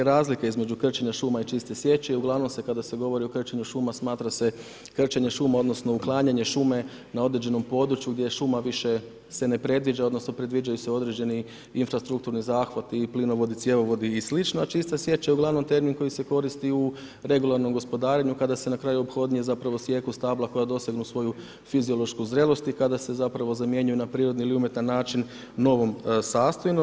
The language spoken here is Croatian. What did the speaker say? Razlika između krčenja šuma i čiste sječe uglavnom se, kada se govori o krečenju šumu smatra se krčenje šuma odnosno uklanjanje šume na određenom području gdje šuma više se ne predviđa odnosno predviđaju se određeni infrastrukturni zahvati, plinovodi, cjevovodi i sl., a čista sječa je uglavnom termin koji se koristi u regularnom gospodarenju kada se na kraju ophodnje zapravo sijeku stabla koja dosegnu svoju fiziološku zrelost i kada se zapravo zamjenjuju na prirodni ili umjetan način novom sastojinom.